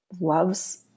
loves